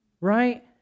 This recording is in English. Right